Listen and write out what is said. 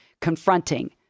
confronting